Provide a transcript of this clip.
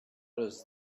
does